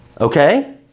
Okay